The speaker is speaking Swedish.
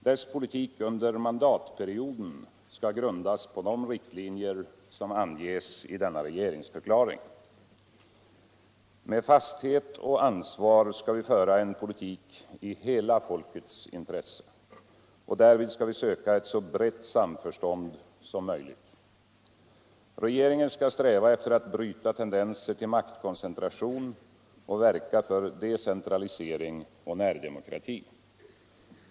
Dess politik under mandatperioden skall grundas på de riktlinjer som anges i denna regeringsförklaring. Med fasthet och ansvar skall vi föra en politik i hela folkets intresse. Därvid skall vi söka ett så brett samförstånd som möjligt. Rcegeringen skall sträva efter att bryta tendenser till maktkoncentration och verka för decentralisering och närdemokrati.